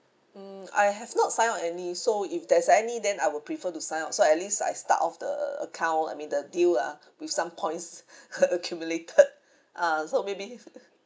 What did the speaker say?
mm I have not sign up any so if there's any then I would prefer to sign up so at least I start off the account I mean the deal ah with some points accumulated ah so may be